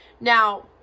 Now